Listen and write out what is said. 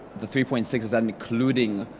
the three point six is that including,